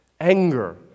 Anger